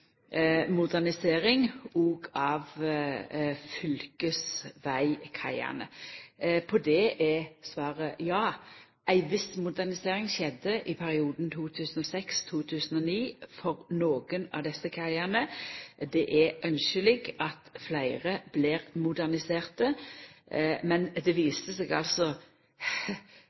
modernisering òg av fylkesvegkaiane. På det er svaret ja. Ei viss modernisering skjedde i perioden 2006–2009 for nokre av desse kaiane. Det er ynskjeleg at fleire blir moderniserte, men det viste seg altså